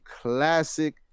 classic